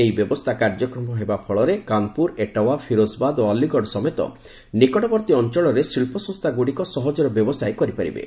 ଏହି ବ୍ୟବସ୍ଥା କାର୍ଯ୍ୟକ୍ଷମ ହେବା ଫଳରେ କାନ୍ପୁର ଏଟାୱ୍ୱା ଫିରୋଜବାଦ ଓ ଅଲ୍ଲୀଗଡ଼ ସମେତ ନିକଟବର୍ତ୍ତୀ ଅଞ୍ଚଳର ଶିଳ୍ପସଂସ୍ଥାଗୁଡ଼ିକ ସହଜରେ ବ୍ୟବସାୟ କରିପାରିବେ